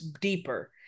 deeper